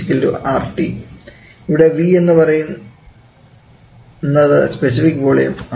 Pv RT ഇവിടെ v എന്നുപറയുന്നത് specific volume ആണ്